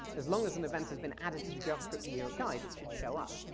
as long as an event has been added to the javascript in europe guide, it should show up.